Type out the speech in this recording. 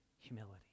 humility